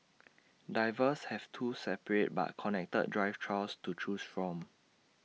divers have two separate but connected dive trails to choose from